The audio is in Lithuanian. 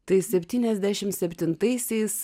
tai septyniasdešim septintaisiais